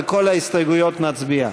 על כל ההסתייגויות נצביע.